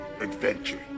Adventure